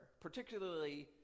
particularly